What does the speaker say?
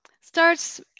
starts